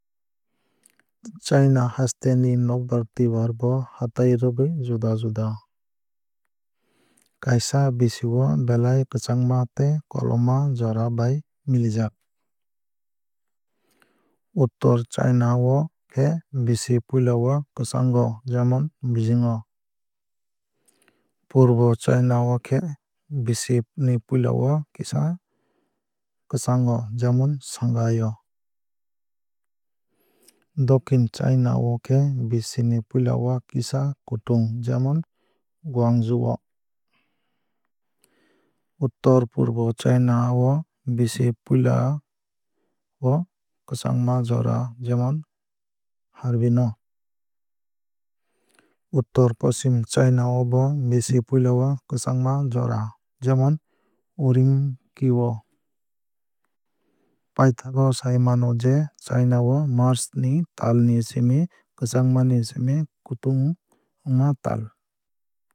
Chaina haste ni nokbar twuibar bo hatai rwgwui juda juda. Kaisa bisi o belai kwchangma tei koloma jora bai milijak. Uttor chaina o khe bisi puilao kwchango jemon beijing o. Purba chaina o khe bisi ni puila o kisa kwchango jemon shanghai o. Dokhin chaina o khe bisi ni puila o kisa kutung jemon guangzhou o. Uttor purbo chaina o bisi puilo kwchangma jora jemon harbin o. Uttor poschim chaina o bo bisi puilo kwchangma jora jemon urumqi o. Paithago sai mano je chaina o march ni tal ni simi kwchang ni simi kutung wngma tal.